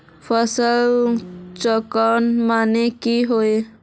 फसल चक्रण माने की होय?